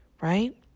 right